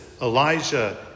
Elijah